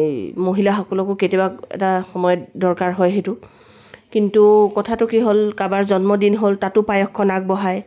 এই মহিলাসকলকো কেতিয়াবা এটা সময়ত দৰকাৰ হয় সেইটো কিন্তু কথাটো কি হ'ল কাবাৰ জন্মদিন হ'ল তাতো পায়সকণ আগবঢ়ায়